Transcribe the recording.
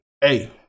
hey